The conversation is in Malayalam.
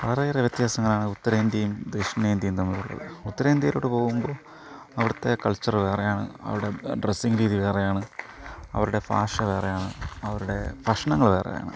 വളരെയേറെ വ്യത്യാസങ്ങളാണ് ഉത്തരേന്ത്യയും ദക്ഷിണേന്ത്യയും തമ്മിലുള്ളത് ഉത്തരേന്ത്യയിലോട്ട് പോകുമ്പോൾ അവിടുത്തെ കൾച്ചർ വേറെയാണ് അവിടെ ഡ്രസ്സിംഗ് രീതി വേറെയാണ് അവരുടെ ഭാഷ വേറെയാണ് അവരുടെ ഭഷ്ണങ്ങൾ വേറെയാണ്